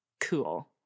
cool